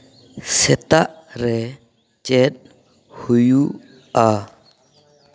ᱥᱮᱛᱟᱜ ᱨᱮ ᱪᱮᱫ ᱦᱩᱭᱩᱜᱼᱟ